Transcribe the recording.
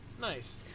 Nice